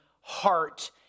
heart